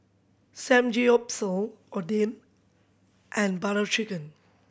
Samgyeopsal Oden and Butter Chicken